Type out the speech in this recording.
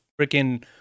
freaking